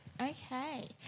Okay